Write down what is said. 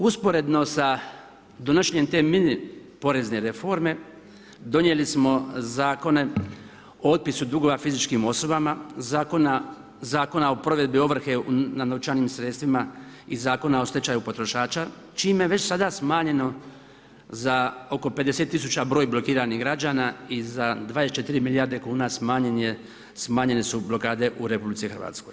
Usporedno sa donošenjem te mini porezne reforme donijeli smo zakone o otpisu dugova fizičkim osobama, Zakona o provedbi ovrhe nad novčanim sredstvima iz Zakona o stečaju potrošača čime je već sada smanjeno za oko 50 tisuća broj blokiranih građana i za 24 milijarde kuna smanjene su blokade u RH.